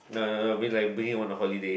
bring like bring him on a holiday